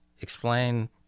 explain